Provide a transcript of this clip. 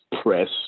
press